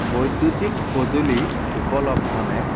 বৈদ্যুতিক সঁজুলি উপলব্ধনে